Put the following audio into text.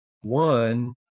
One